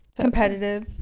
Competitive